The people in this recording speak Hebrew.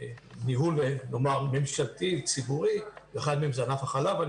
בניהול ממשלתי ציבורי, ואחד מהם הוא ענף החלב.